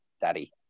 daddy